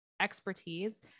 expertise